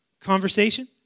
conversation